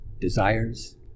desires